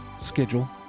schedule